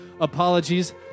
Apologies